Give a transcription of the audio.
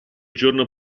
giorno